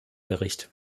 bericht